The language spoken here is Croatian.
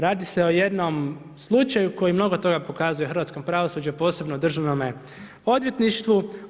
Radi se o jednom slučaju koji mnogo toga pokazuje u hrvatskom pravosuđu, u posebnom Državnom odvjetništvu.